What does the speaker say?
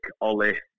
Ollie